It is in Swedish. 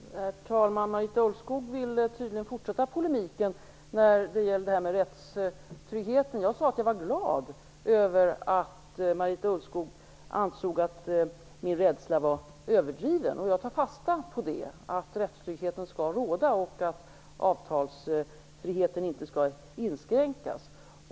Herr talman! Marita Ulvskog vill tydligen fortsätta polemiken om rättstryggheten. Jag sade ju att jag var glad över att hon ansåg att min rädsla var överdriven. Jag tar fasta på att rättstryggheten skall råda och att avtalsfriheten inte skall inskränkas.